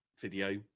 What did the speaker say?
video